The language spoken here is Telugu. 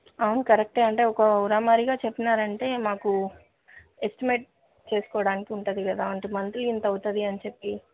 అవును కరెక్టే అంటే ఒక రమారమిగా చెప్పారంటే మాకు ఎస్టిమేట్ చేసుకోడానికి ఉంటుంది కదా అంటే మంత్లీ ఇంత అవుతుంది అని చెప్పి